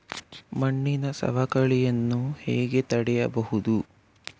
ಮಣ್ಣಿನ ಸವಕಳಿಯನ್ನು ಹೇಗೆ ತಡೆಯಬಹುದು?